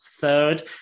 third